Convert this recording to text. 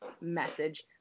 message